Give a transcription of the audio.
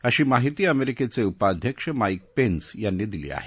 अशी माहिती अमेरिकेषे उपाध्यक्ष माईक पेन्स यांनी दिली आहे